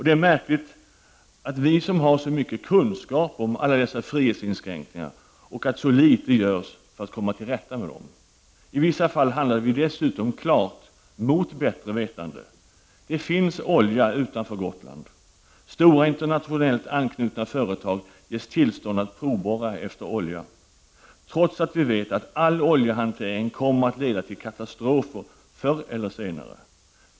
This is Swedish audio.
Det märkliga är att vi har så mycket kunskaper om alla dessa frihetsinskränkningar men att så litet görs för att komma till rätta med dem. I vissa fall handlar vi dessutom klart mot bättre vetande. Det finns olja utanför Gotland. Stora internationellt anknutna företag ges tillstånd att provborra efter olja, trots att vi vet att all oljehantering kommer att leda till katastrofer förr eller senare.